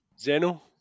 Zeno